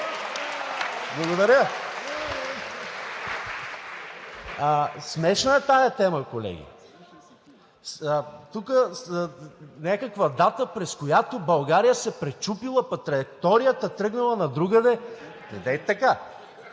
Благодаря. Смешна е тази тема, колеги! Тук някаква дата, през която България се пречупила, пък траекторията тръгнала на другаде – недейте така!